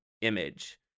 image